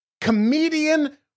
comedian